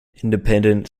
independent